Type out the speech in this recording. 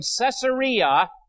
Caesarea